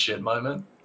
moment